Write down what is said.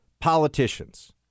politicians